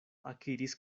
akiris